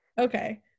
Okay